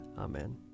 Amen